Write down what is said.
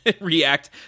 react